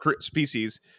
species